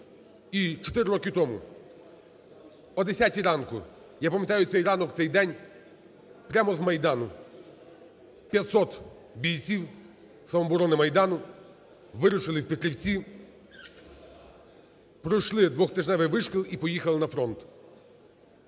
І 4 роки тому о 10 ранку, я пам'ятаю цей ранок, цей день, прямо з Майдану 500 бійців "Самооборони Майдану" вирушили у Петрівці, пройшли двотижневий вишкіл і поїхали на фронт.